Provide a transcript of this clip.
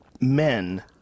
Men